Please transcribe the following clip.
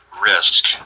risk